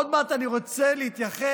עוד מעט אני רוצה להתייחס